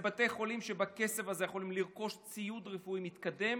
זה בתי חולים שבכסף הזה יכולים לרכוש ציוד רפואי מתקדם,